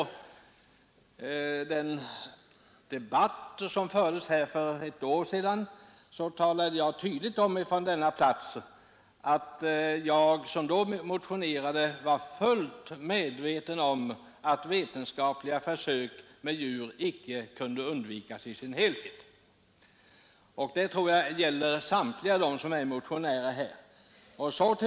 Under debatten i dessa frågor för ett år sedan talade jag från denna plats tydligt om att jag såsom motionär var fullt medveten om att vetenskapliga djurförsök icke kunde undvikas i sin helhet. Samma inställning tror jag samtliga motionärer har nu.